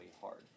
hard